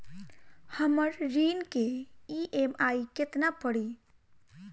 हमर ऋण के ई.एम.आई केतना पड़ी?